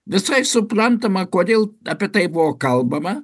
visai suprantama kodėl apie tai buvo kalbama